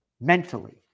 mentally